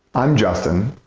i'm justin.